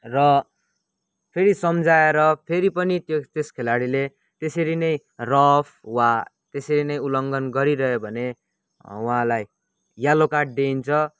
र फेरि सम्झाएर फेरि पनि त्यो त्यस खेलाडीले त्यसरी नै रफ वा त्यसरी नै उल्लङ्घन गरिरह्यो भने उहाँलाई यल्लो कार्ड दिइन्छ